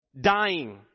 dying